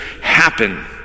happen